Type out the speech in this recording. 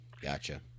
Gotcha